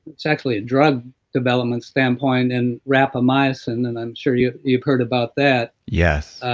it's actually a drug development standpoint in rapamycin, and i'm sure yeah you've heard about that yes